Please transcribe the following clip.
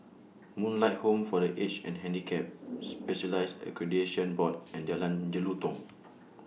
Moonlight Home For The Aged and Handicapped Specialists Accreditation Board and Jalan Jelutong